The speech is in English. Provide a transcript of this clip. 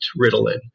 Ritalin